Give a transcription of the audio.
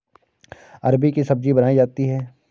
अरबी की सब्जी बनायीं जाती है